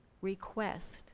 request